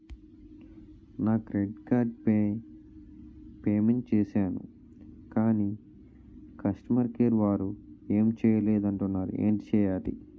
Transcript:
నా credit card payment చేసాను కాని కస్టమర్ కేర్ వారు పే చేయలేదు అంటున్నారు ఏంటి చేయాలి?